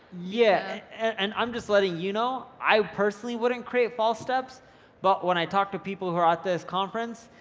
yeah and i'm just letting you know, i personally wouldn't create false steps but when i talk to people who are at this conference,